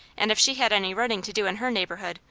and if she had any running to do in her neighbourhood,